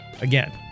again